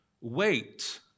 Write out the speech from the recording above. wait